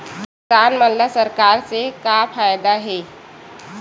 किसान मन ला सरकार से का फ़ायदा हे?